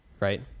right